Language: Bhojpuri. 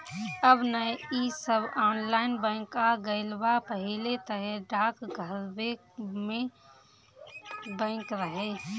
अब नअ इ सब ऑनलाइन बैंक आ गईल बा पहिले तअ डाकघरवे में बैंक रहे